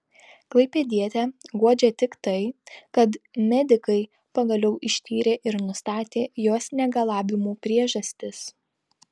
klaipėdietę guodžia tik tai kad medikai pagaliau ištyrė ir nustatė jos negalavimų priežastis